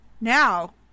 Now